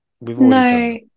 No